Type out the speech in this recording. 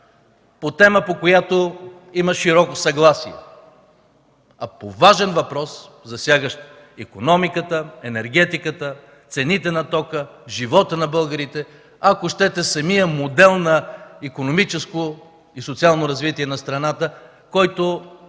по тема, по която има широко съгласие, а по важен въпрос, засягащ икономиката, енергетиката, цените на тока, живота на българите, ако щете самия модел на икономическо и социално развитие на страната, който